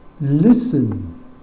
listen